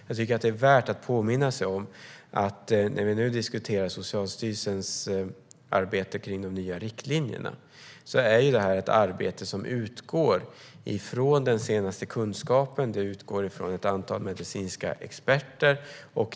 Jag tycker att det, när vi nu diskuterar Socialstyrelsens arbete med de nya riktlinjerna, är värt att påminna sig om att detta är ett arbete som utgår ifrån den senaste kunskapen och ett antal medicinska experter.